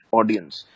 audience